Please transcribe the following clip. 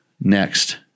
next